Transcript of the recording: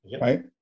right